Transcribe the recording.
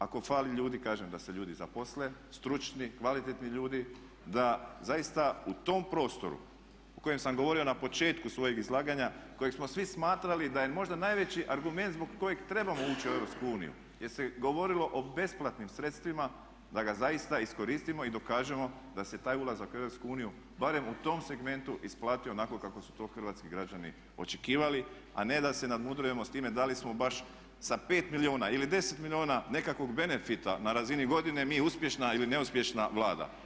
Ako fali ljudi kažem da se ljudi zaposle, stručni, kvalitetni ljudi da zaista u tom prostoru o kojem sam govorio na početku svojeg izlaganja kojeg smo svi smatrali da je možda najveći argument zbog kojeg trebamo ući u EU jer se govorilo o besplatnim sredstvima da ga zaista iskoristimo i dokažemo da se taj ulazak u EU barem u tom segmentu isplatio onako kako su to hrvatski građani očekivali, a ne da se nadmudrujemo s time da li smo baš sa 5 milijuna ili 10 milijuna nekakvog benefita na razini godine mi uspješna ili neuspješna Vlada.